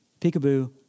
peekaboo